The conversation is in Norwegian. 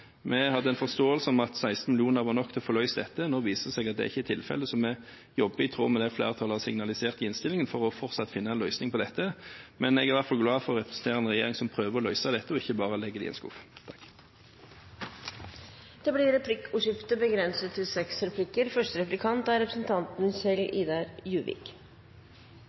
Vi hadde en forståelse av at 16 mill. kr var nok til å få løst dette, men nå viser det seg at det ikke er tilfellet, så vi jobber i tråd med det flertallet har signalisert i innstillingen, for fortsatt å finne en løsning på dette. Men jeg er i hvert fall glad for å representere en regjering som prøver å løse dette, og som ikke bare legger det i en skuff. Det blir replikkordskifte.